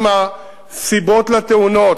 עם הסיבות לתאונות,